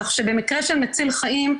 כך שבמקרה של מציל חיים,